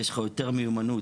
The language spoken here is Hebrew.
יש לך יותר מיומנות,